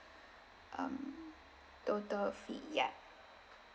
um total fee ya